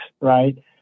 Right